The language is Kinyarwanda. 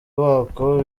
wako